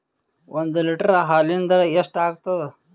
ಒಂದ್ ಲೀಟರ್ ಹಾಲಿನ ದರ ಎಷ್ಟ್ ಆಗತದ?